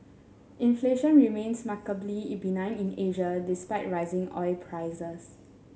inflation remains benign in Asia despite rising oil prices